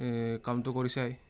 কামটো কৰিছাই